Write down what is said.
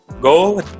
go